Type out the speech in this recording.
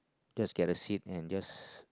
just get a seat and just